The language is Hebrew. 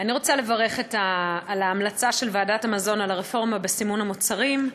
אני רוצה לברך על ההמלצה של ועדת המזון על הרפורמה בסימון המוצרים.